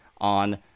on